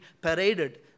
paraded